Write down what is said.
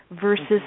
versus